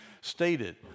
stated